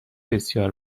بسیار